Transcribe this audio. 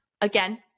again